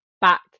back